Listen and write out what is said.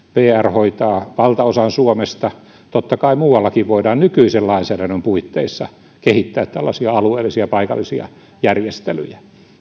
hoitaa valtaosan suomesta totta kai muuallakin voidaan nykyisen lainsäädännön puitteissa kehittää tällaisia alueellisia ja paikallisia järjestelyjä